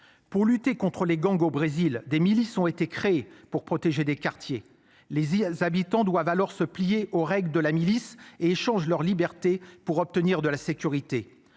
Pour lutter contre les gangs au Brésil des milices ont été. Pour protéger des quartiers les il y a les habitants doivent alors se plier aux règles de la milice échangent leur liberté pour obtenir de la sécurité